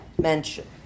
mention